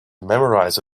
memorize